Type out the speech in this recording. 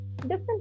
Different